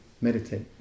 meditate